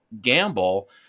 gamble